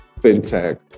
fintech